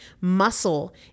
Muscle